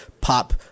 Pop